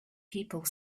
people